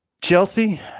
Chelsea